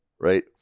right